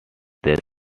these